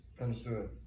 Understood